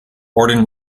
morton